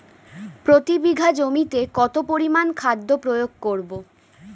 প্রতি বিঘা জমিতে কত পরিমান খাদ্য প্রয়োগ করব?